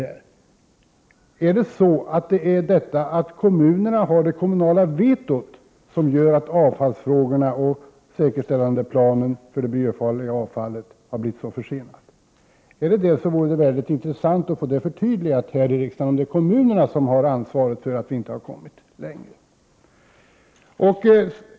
Är det det kommunala vetot som gör att avfallsfrågorna och säkerställandeplanen för det miljöfarliga avfallet har blivit så försenade? Det vore intressant att få ett tydligt besked om huruvida det är kommunerna som har skulden till att vi inte har kommit längre.